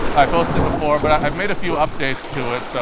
i posted before, but i've made a few updates to it, so